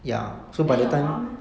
then your mum leh